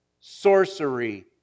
sorcery